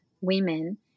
women